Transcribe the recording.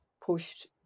pushed